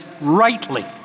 rightly